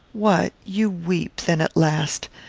what you weep, then, at last.